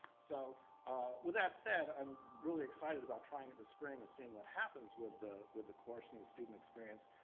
so with that said, i'm really excited about trying it this spring and seeing what happens with the with the course and the student experience.